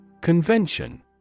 Convention